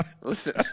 listen